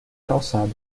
calçada